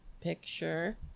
Picture